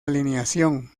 alineación